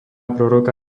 proroka